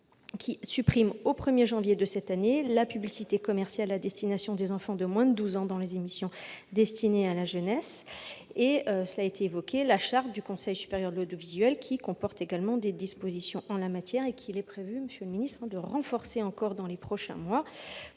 a supprimé, le 1 janvier de cette année, la publicité commerciale à destination des enfants de moins de douze ans dans les émissions destinées à la jeunesse. Par ailleurs, la charte du Conseil supérieur de l'audiovisuel comporte des dispositions en la matière. Il est prévu, monsieur le ministre, de la renforcer dans les prochains mois,